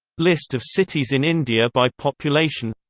list of cities in india by population